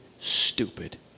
stupid